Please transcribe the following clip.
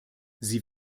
sie